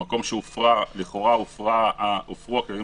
במקום שלכאורה הופרו בו הכללים של הקורונה,